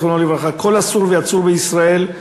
זיכרונו לברכה: "כל אסור ועצור בישראל,